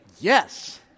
Yes